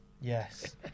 yes